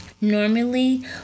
Normally